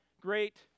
great